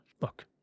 look